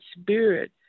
spirit